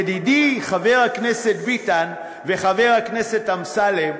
ידידי חבר הכנסת ביטן וחבר הכנסת אמסלם,